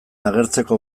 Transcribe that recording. agertzeko